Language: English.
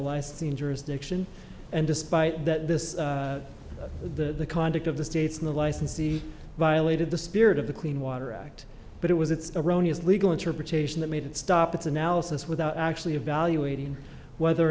scene jurisdiction and despite that this the conduct of the states in the licensee violated the spirit of the clean water act but it was its erroneous legal interpretation that made it stop its analysis without actually evaluating whether or